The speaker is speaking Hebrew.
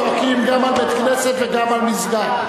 צועקים גם על בית-כנסת וגם על מסגד.